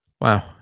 Wow